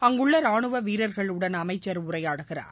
அங்குள்ளராணுவவீரர்களுடன் அமைச்சர் உரையாடுகிறார்